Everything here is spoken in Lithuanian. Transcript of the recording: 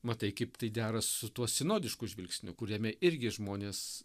matai kaip tai dera su tuo sinodišku žvilgsniu kuriame irgi žmonės